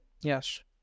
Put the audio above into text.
Yes